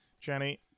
Jenny